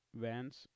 Vans